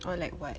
or like what